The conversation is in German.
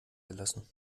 gelassen